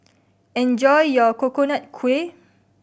enjoy your Coconut Kuih